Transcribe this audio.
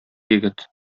егет